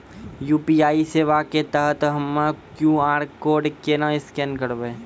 UPI सेवा के तहत हम्मय क्यू.आर कोड केना स्कैन करबै?